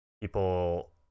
people